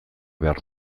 behar